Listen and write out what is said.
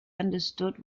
understood